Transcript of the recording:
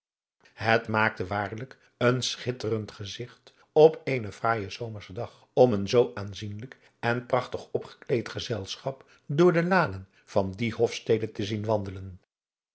het maakte waarlijk een schitterend gezigt op eenen fraaijen zomerschen dag om een zoo aanzienlijk en prachtig opgekleed gezelschap door de lanen van die hofstede te zien wandelen